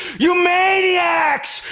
you maniacs!